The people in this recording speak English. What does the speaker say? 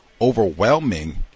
overwhelming